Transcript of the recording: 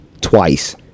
twice